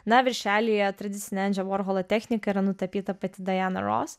na viršelyje tradicinė endžio vorholo technika yra nutapyta pati diana ross